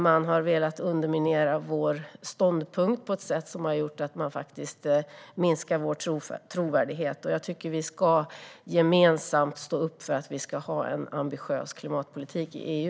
Man har velat underminera vår ståndpunkt på ett sätt som har gjort att man faktiskt minskar vår trovärdighet. Jag tycker att vi gemensamt ska stå upp för att vi ska ha en ambitiös klimatpolitik i EU.